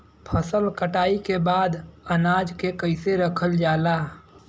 फसल कटाई के बाद अनाज के कईसे रखल जाला?